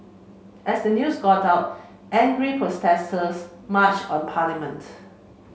as the news got out angry protesters marched on parliament